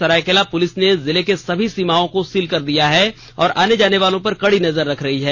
Seraikela police ने जिले की सभी सीमाओं को सील कर हर आने जाने वालों पर कड़ी नजर रख रही है